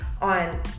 on